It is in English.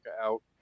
out